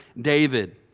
David